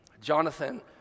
Jonathan